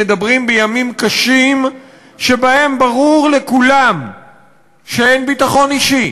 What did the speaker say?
מדברים בימים קשים שבהם ברור לכולם שאין ביטחון אישי.